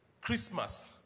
Christmas